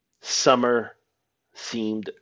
summer-themed